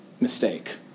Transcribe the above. mistake